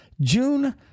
June